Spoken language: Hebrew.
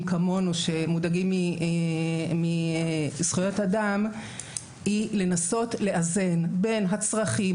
כמונו שמודאגים מזכויות אדם - הוא לנסות לאזן בין הצרכים,